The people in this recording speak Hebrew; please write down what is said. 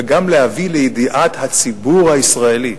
וגם להביא לידיעת הציבור הישראלי,